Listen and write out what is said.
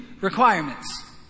requirements